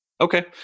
Okay